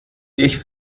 ich